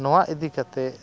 ᱱᱚᱣᱟ ᱤᱫᱤ ᱠᱟᱛᱮᱫ